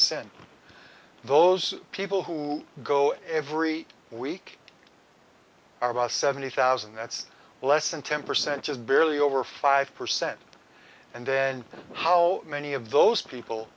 sin those people who go every week are about seventy thousand that's less than ten percent just barely over five percent and then how many of those people